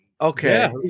Okay